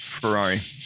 Ferrari